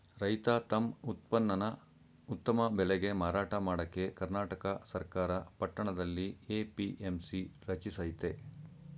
ರೈತ ತಮ್ ಉತ್ಪನ್ನನ ಉತ್ತಮ ಬೆಲೆಗೆ ಮಾರಾಟ ಮಾಡಕೆ ಕರ್ನಾಟಕ ಸರ್ಕಾರ ಪಟ್ಟಣದಲ್ಲಿ ಎ.ಪಿ.ಎಂ.ಸಿ ರಚಿಸಯ್ತೆ